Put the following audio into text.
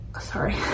sorry